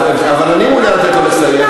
אבל אני מעוניין לתת לו לסיים.